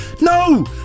No